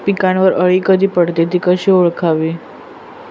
पिकावर अळी कधी पडते, ति कशी ओळखावी?